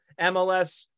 MLS